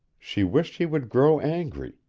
she wished he would grow angry,